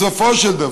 בסופו של דבר,